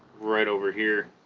right over here